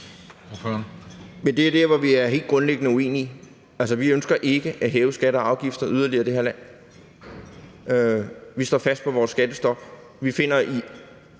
(V): Det er der, hvor vi helt grundlæggende er uenige. Altså, vi ønsker ikke at hæve skatter og afgifter yderligere i det her land. Vi står fast på vores skattestop. Særlig i